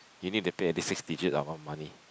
you need to pay at least six digit of a money